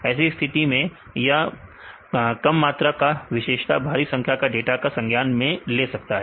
ऐसी स्थिति में या कम मात्रा का विशेषता भारी संख्या के डाटा को संज्ञान में ले सकता है